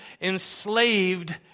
enslaved